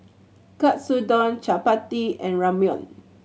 Katsudon Chapati and Ramyeon